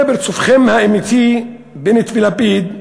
זהו פרצופכם האמיתי, בנט ולפיד.